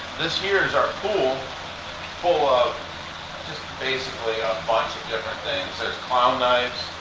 this here is our pool full of just basically a bunch of different things. there's clown knives,